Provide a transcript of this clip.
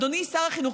אדוני שר החינוך,